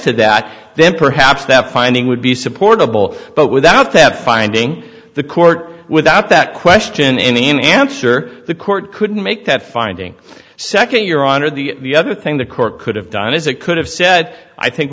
to that then perhaps that finding would be supportable but without that finding the court without that question in the end sure the court couldn't make that finding a second your honor the other thing the court could have done is it could have said i think